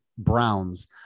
Browns